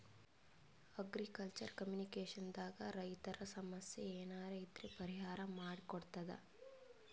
agriculture communication ದಾಗ್ ರೈತರ್ ಸಮಸ್ಯ ಏನರೇ ಇದ್ರ್ ಪರಿಹಾರ್ ಮಾಡ್ ಕೊಡ್ತದ್